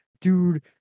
dude